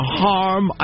harm